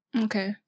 okay